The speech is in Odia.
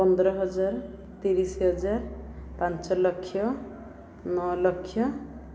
ପନ୍ଦର ହଜାର ତିରିଶି ହଜାର ପାଞ୍ଚଲକ୍ଷ ନଅ ଲକ୍ଷ